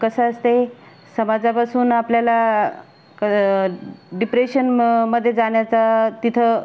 कसं असतंय समाजापासून आपल्याला क डिप्रेशन म मध्ये जाण्याचा तिथं